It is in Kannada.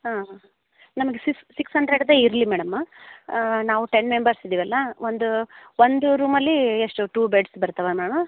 ಹಾಂ ನಮ್ಗೆ ಸಿಕ್ಸ್ ಸಿಕ್ಸ್ ಹಂಡ್ರೆಡ್ದೇ ಇರಲಿ ಮೇಡಮ್ ನಾವು ಟೆನ್ ಮೆಂಬರ್ಸ್ ಇದ್ದೀವಲ್ಲ ಒಂದು ಒಂದು ರೂಮಲ್ಲಿ ಎಷ್ಟು ಟು ಬೆಡ್ಸ್ ಬರ್ತವಾ ಮ್ಯಾಮ್